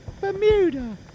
Bermuda